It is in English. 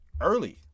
early